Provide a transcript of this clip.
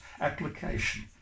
application